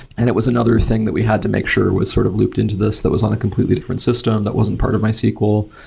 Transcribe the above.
and it was another thing that we had to make sure was sort of looped into this that was on a completely different system, that wasn't part of mysql.